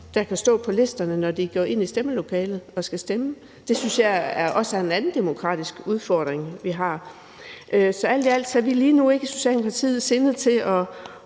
der kan stå på listerne, når vælgerne går ind i stemmelokalerne og skal stemme. Det synes jeg også er en anden demokratisk udfordring, vi har. Alt i alt er vi lige nu i Socialdemokratiet ikke sindet til at